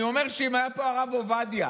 אני אומר שאם היה פה הרב עובדיה,